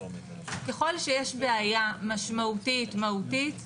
אם יש בעיה משמעותית, מהותית,